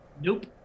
nope